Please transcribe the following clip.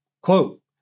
Quote